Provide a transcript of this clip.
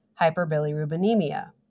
hyperbilirubinemia